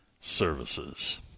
Services